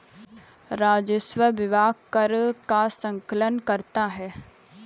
राजस्व विभाग कर का संकलन करता है